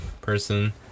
person